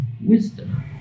wisdom